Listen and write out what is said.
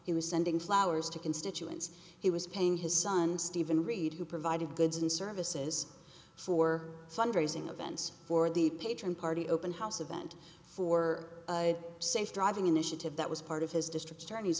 he was sending flowers to constituents he was paying his son steven reed who provided goods and services for fundraising events for the patron party open house event for safe driving initiative that was part of his district attorney's